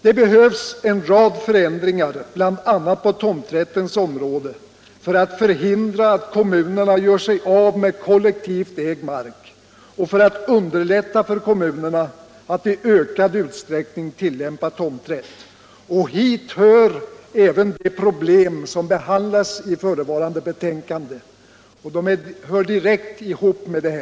Det behövs en rad förändringar, bl.a. på tomträttens område, för att förhindra att kommunerna gör sig av med kollektivt ägd mark och för att underlätta för kommunerna att i ökad utsträckning tillämpa tomträtt. Hit hör även de problem som behandlas i förevarande betänkande — de hör direkt samman med detta.